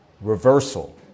reversal